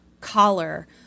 collar